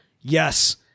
yes